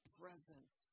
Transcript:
presence